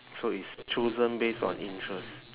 so it's chosen based on interest